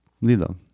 Lilo